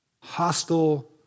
hostile